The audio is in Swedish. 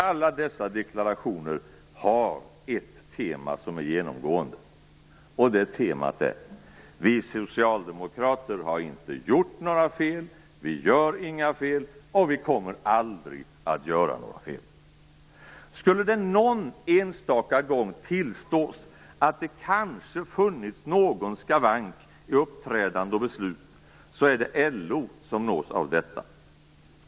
Alla dessa deklarationer har ett genomgående tema: Vi socialdemokrater har inte gjort några fel, vi gör inga fel och vi kommer aldrig att göra några fel. Skulle det någon enstaka gång tillstås att det kanske har funnits någon skavank i uppträdande och beslut, så är det LO som nås av detta.